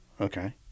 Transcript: Okay